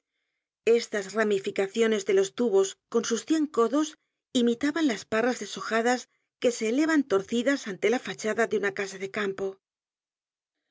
estas ramificaciones de los tubos con sus cien codos imitaban las parras deshojadas que se elevan torcidas ante la fachada de una casa de campo